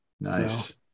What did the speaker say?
Nice